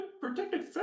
Protected